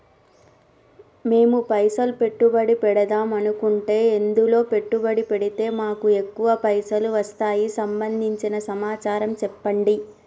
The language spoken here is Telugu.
మేము పైసలు పెట్టుబడి పెడదాం అనుకుంటే ఎందులో పెట్టుబడి పెడితే మాకు ఎక్కువ పైసలు వస్తాయి సంబంధించిన సమాచారం చెప్పండి?